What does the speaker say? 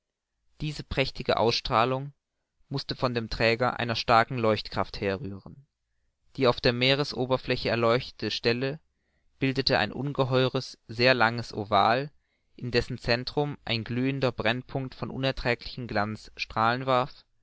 diese prächtige ausstrahlung mußte von dem träger einer starken leuchtkraft herrühren die auf der meeresfläche erleuchtete stelle bildete ein ungeheures sehr langes oval in dessen centrum ein glühender brennpunkt von unerträglichem glanz